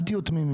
את תהיו תמימים.